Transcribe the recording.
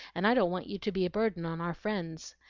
and i don't want you to be a burden on our friends.